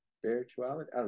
spirituality